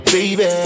Baby